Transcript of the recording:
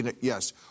yes